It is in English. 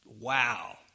wow